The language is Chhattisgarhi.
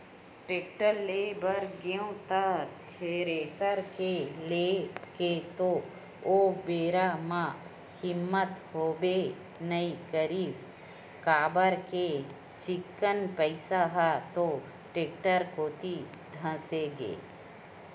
टेक्टर ले बर गेंव त थेरेसर के लेय के तो ओ बेरा म हिम्मत होबे नइ करिस काबर के चिक्कन पइसा ह तो टेक्टर कोती धसगे